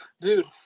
Dude